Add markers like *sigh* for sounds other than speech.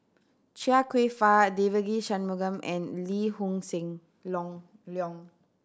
Chia Kwek Fah Devagi Sanmugam and Lee Hoon *unintelligible* Long Leong